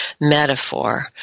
metaphor